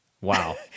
Wow